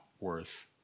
worth